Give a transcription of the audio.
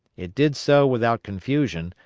it did so without confusion,